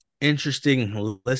interesting